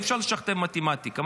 אי-אפשר לשכתב מתמטיקה.